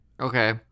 Okay